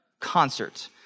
concert